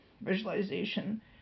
visualization